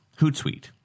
Hootsuite